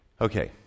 okay